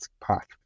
path